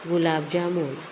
gulab jamun